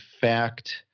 fact